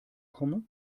komme